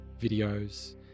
videos